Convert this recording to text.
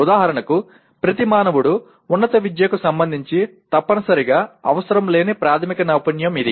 ఉదాహరణకు ప్రతి మానవుడు ఉన్నత విద్యకు సంబంధించి తప్పనిసరిగా అవసరం లేని ప్రాథమిక నైపుణ్యం ఇది